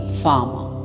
farmer